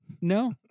No